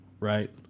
Right